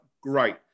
great